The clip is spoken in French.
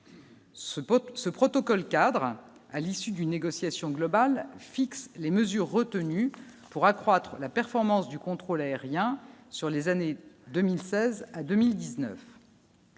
ce protocole cadre à l'issue d'une négociation globale fixe les mesures retenues pour accroître la performance du contrôle aérien sur les années 2016 à 2019.